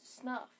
snuff